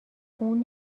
اون